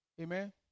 Amen